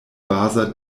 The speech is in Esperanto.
baza